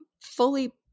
fully